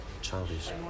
childish